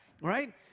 right